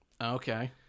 Okay